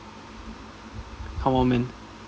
come on man